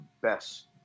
best